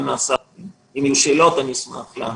אם יהיו שאלות, אשמח לענות.